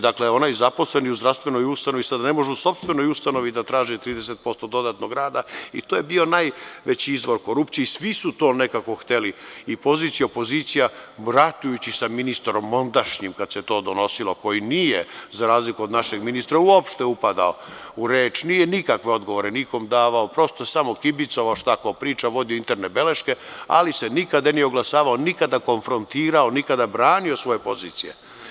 Dakle, onaj zaposleni u zdravstvenoj ustanovi sada ne može u sopstvenoj ustanovi da traži 30% dodatnog rada i to je bio najveći izvor korupcije i svi su to nekako hteli, i pozicija i opozicija, ratujući sa ministrom ondašnjim, kada se to donosilo, koji nije, za razliku od našeg ministra, uopšte upadao u reč, nije nikakve odgovore nikome davao, prosto je samo kibicovao šta ko priča, vodio interne beleške, ali se nikada nije oglašavao, nikada konfrontirao, nikada branio svoje pozicije.